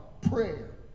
Prayer